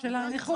של הנכות?